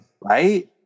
Right